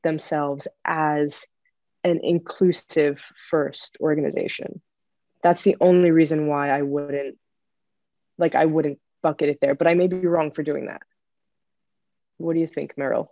themselves as an inclusive first organization that's the only reason why i wouldn't like i wouldn't bucket it there but i may be wrong for doing that what do you think m